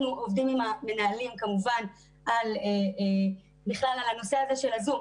אנחנו עובדים עם המנהלים כמובן בכלל על הנושא הזה של הזום,